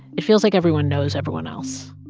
it feels like everyone knows everyone else